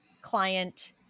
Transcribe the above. client